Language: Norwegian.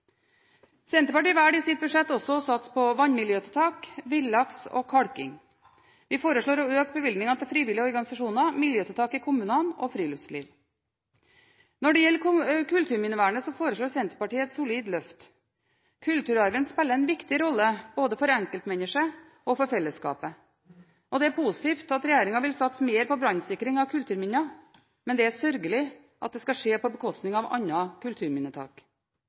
Senterpartiet velger i sitt budsjett også å satse på vannmiljøtiltak, villaks og kalking. Vi foreslår å øke bevilgningene til frivillige organisasjoner, til miljøtiltak i kommunene og til friluftsliv. Når det gjelder kulturminnevernet, foreslår Senterpartiet et solid løft. Kulturarven spiller en viktig rolle både for enkeltmennesker og for fellesskapet. Det er positivt at regjeringen vil satse mer på brannsikring av kulturminner, men det er sørgelig at det skal skje på bekostning av